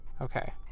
Okay